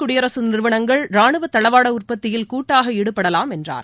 குடியரசு நிறுவனங்கள் ராணுவத் தளவாட உற்பத்தியில் கூட்டாக ஈடுபடலாம் என்றார்